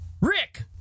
Rick